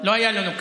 לא היה לנו קל.